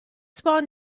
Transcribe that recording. spawn